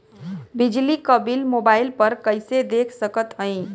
बिजली क bill mobile पर कईसे देख सकत हई?